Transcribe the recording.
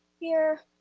here.